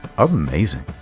amazing!